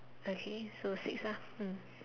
okay so six ah mm